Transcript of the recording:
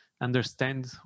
understand